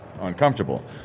uncomfortable